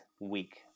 week